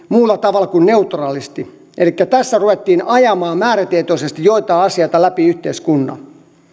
muulla tavalla kuin neutraalisti elikkä tässä ruvettiin ajamaan määrätietoisesti joitakin asioita läpi yhteiskunnan